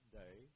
day